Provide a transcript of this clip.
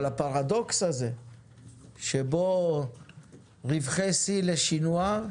אבל הפרדוקס הזה שבו רווחי שיא לשינוע,